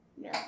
No